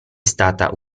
stata